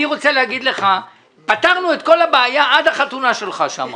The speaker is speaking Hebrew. אני רוצה לומר לך שפתרנו את כל הבעיה עד החתונה שלך שם.